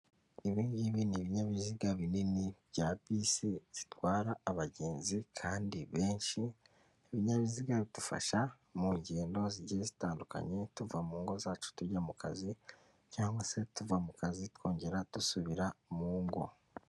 Ibi ngibi ni binyabiziga binini bya bisi zitwara abagenzi kandi benshi, ibinyabiziga bidufasha mu ngendo zigiye zitandukanye tuva mu ngo zacu tujya mu kazi cgangwa se tuva mu kazi twongera dusubira mu ngo.